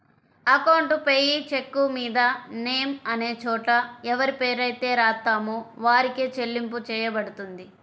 account payee చెక్కుమీద name అనే చోట ఎవరిపేరైతే రాత్తామో వారికే చెల్లింపు చెయ్యబడుతుంది